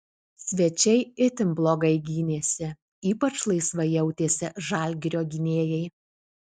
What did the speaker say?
svečiai itin blogai gynėsi ypač laisvai jautėsi žalgirio gynėjai